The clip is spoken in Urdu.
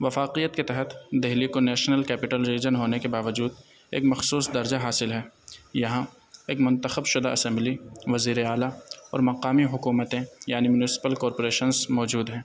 وفاقیت کے تحت دہلی کو نیشنل کیپٹل ریجن ہونے کے باوجود ایک مخصوص درجہ حاصل ہے یہاں ایک منتخب شدہ اسمبلی وزیر اعلیٰ اور مقامی حکومتیں یعنی میونسپل کارپوریشنس موجود ہیں